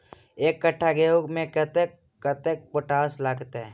एक कट्ठा गेंहूँ खेती मे कतेक कतेक पोटाश लागतै?